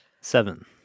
Seven